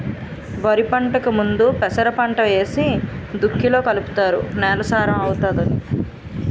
వరిపంటకు ముందు పెసరపంట ఏసి దుక్కిలో కలుపుతారు నేల సారం అవుతాది